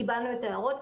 קיבלנו את ההערות.